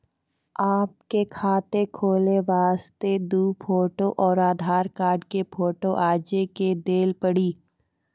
आपके खाते खोले वास्ते दु फोटो और आधार कार्ड के फोटो आजे के देल पड़ी?